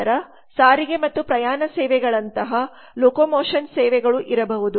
ನಂತರ ಸಾರಿಗೆ ಮತ್ತು ಪ್ರಯಾಣ ಸೇವೆಗಳಂತಹ ಲೊಕೊಮೊಶನ್ ಸೇವೆಗಳು ಇರಬಹುದು